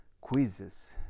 quizzes